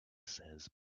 says